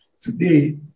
Today